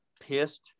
pissed